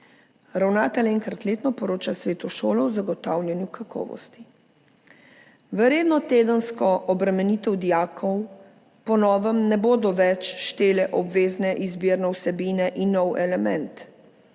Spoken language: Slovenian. Ravnatelj enkrat letno poroča svetu šole o zagotavljanju kakovosti. V redno tedensko obremenitev dijakov po novem ne bodo več všteti obvezne izbirne vsebine in nov element